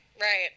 Right